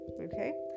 okay